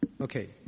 Okay